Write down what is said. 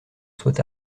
soit